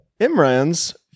Imran's